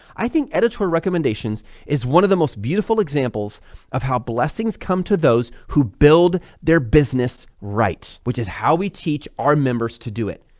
i think editorial recommendations is one of the most beautiful examples of how blessings come to those who build their business right, which is how we teach our members to do it.